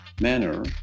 manner